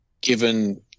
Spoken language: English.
given